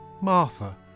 Martha